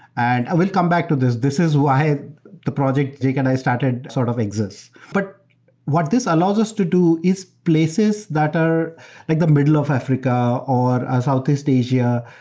and i will come back to this. this is why the project jake and i started sort of exists. but what this allows us to do is places that are like the middle of africa or ah southeast asia.